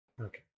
Okay